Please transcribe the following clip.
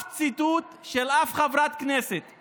שום